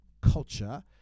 culture